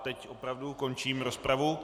Teď opravdu končím rozpravu.